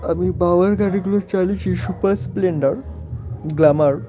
আমি পাওয়ার গাড়িগুলো চালিয়েছি সুপার স্প্লেন্ডার গ্ল্যামার